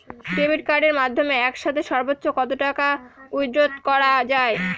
Debit কার্ডের মাধ্যমে একসাথে সর্ব্বোচ্চ কত টাকা উইথড্র করা য়ায়?